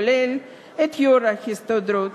כולל את יושב-ראש ההסתדרות,